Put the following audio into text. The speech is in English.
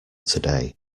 today